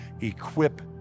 equip